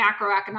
macroeconomics